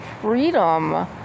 freedom